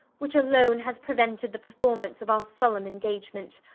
which alone has prevented the performance of our solemn engagement.